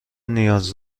نیاز